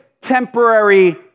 temporary